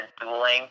dueling